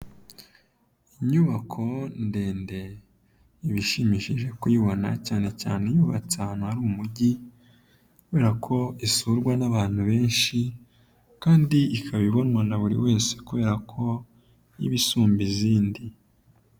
Inyubako ndende iba ishimishije kuyibona cyane cyane yubatse ahantu hari umujyi, kubera ko isurwa n'abantu benshi kandi ikaba ibonwa na buri wese kubera iba isumba izindi.